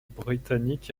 britanniques